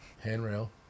handrail